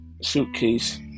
suitcase